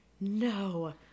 No